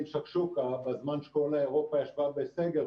שקשוקה בזמן שכל אירופה ישבה בסדר,